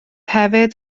hefyd